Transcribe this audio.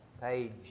page